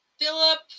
Philip